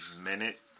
minute